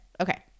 okay